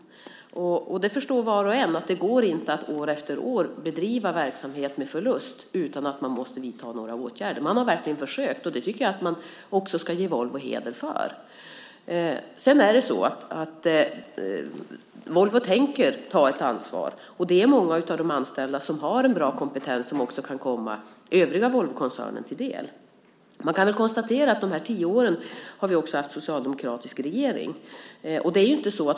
Var och en förstår att det inte går att år efter år bedriva verksamhet med förlust utan att vidta åtgärder. Man har verkligen försökt. Det tycker jag att man ska ge Volvo heder för. Volvo tänker ta ett ansvar. Många av de anställda har en bra kompetens som också kan komma den övriga Volvokoncernen till del. Man kan konstatera att vi de här tio åren har haft en socialdemokratisk regering.